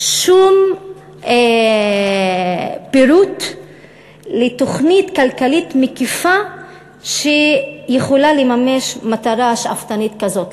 שום פירוט של תוכנית כלכלית מקיפה שיכולה לממש מטרה שאפתנית כזאת,